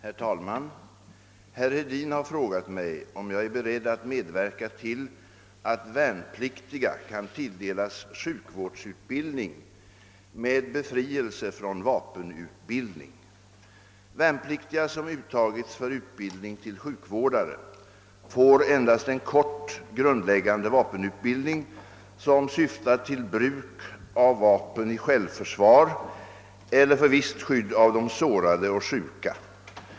Herr talman! Herr Hedin har frågat mig om jag är beredd medverka till att värnpliktiga kan tilldelas sjukvårdsutbildning med befrielse från vapenutbildning. Värnpliktiga som uttagits för utbildning till sjukvårdare får endast en kort grundläggande vapenutbildning, som syftar till bruk av vapen i självförsvar eller för visst skydd av de sårade och sjuka.